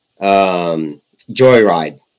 Joyride